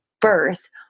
birth